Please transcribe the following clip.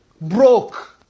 Broke